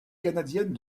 canadienne